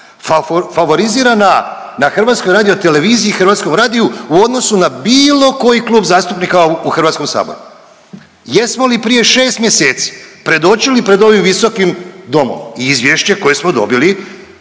favorizirana na HRT-u i Hrvatskom radiju u odnosu na bilo koji klub zastupnika u HS? Jesmo li prije 6 mjeseci predočili pred ovim visokim domom i izvješće koje smo dobili